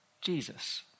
Jesus